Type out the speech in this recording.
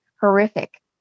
horrific